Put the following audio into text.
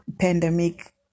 pandemic